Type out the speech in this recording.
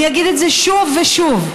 אני אגיד את זה שוב ושוב.